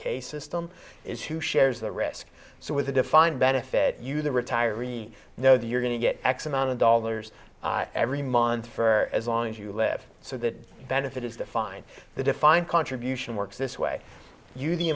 k system is who shares the risk so as a defined benefit you the retirees know that you're going to get x amount of dollars every month for as long as you live so that benefit is defined the defined contribution works this way